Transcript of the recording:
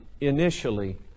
initially